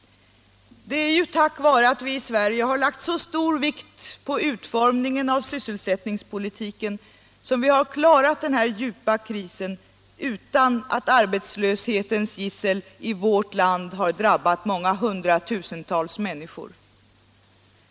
Det är ju tack vare att vi i Sverige har lagt så stor vikt vid utformningen av sysselsättningspolitiken som vi klarat den djupa ekonomiska krisen utan att arbetslöshetens gissel drabbat hundratusentals människor.